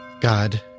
God